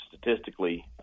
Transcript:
statistically